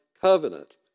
covenant